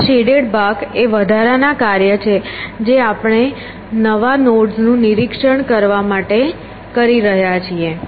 આ શેડેડ ભાગ એ વધારાના કાર્ય છે જે આપણે આ નવા નોડ્સના નિરિક્ષણ માટે કરી રહ્યા છીએ